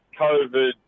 COVID